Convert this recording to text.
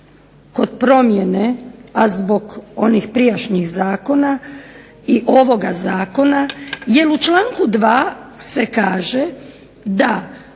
kod promjene. A zbog onih prijašnjih zakona i ovoga zakona jer u članku 2. se kaže da